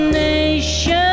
nation